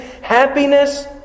Happiness